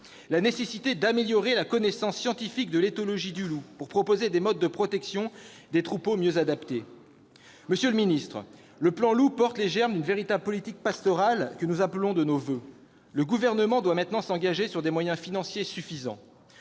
la nécessité d'améliorer la connaissance scientifique de l'éthologie du loup pour proposer des modes de protection des troupeaux mieux adaptés. Monsieur le ministre, le plan Loup porte les germes d'une véritable politique pastorale que nous appelons de nos voeux. Le Gouvernement doit maintenant s'engager sur des moyens financiers suffisants